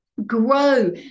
grow